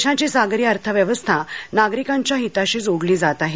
देशाची सागरी अर्थव्यवस्था नागरिकांच्या हिताशी जोडली जात आहे